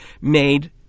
made